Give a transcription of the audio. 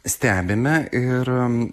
stebime ir